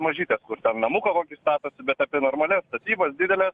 mažytes kur ten namuką kokį statosi bet apie normalias statybas dideles